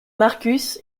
markus